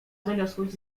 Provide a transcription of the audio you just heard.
doniosłość